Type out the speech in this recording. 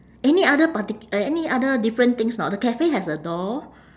any other partic~ uh any other different things not the cafe has a door